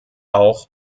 auch